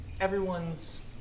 everyone's